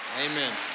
amen